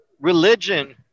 religion